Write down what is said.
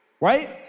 right